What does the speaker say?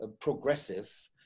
progressive